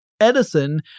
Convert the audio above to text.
Edison